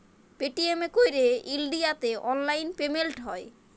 Paytm এ ক্যইরে ইলডিয়াতে অললাইল পেমেল্ট হ্যয়